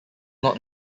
not